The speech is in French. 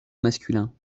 masculin